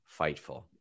Fightful